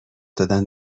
دادن